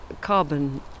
carbon